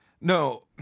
no